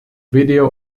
video